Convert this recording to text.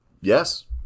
Yes